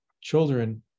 children